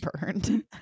burned